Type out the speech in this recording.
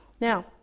Now